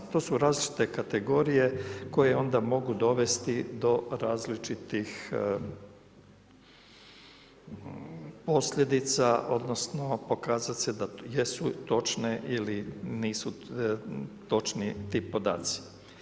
To su različite kategorije koje onda mogu dovesti do različitih posljedica odnosno pokazat se da jesu točne ili nisu točni ti podaci.